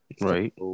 right